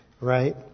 right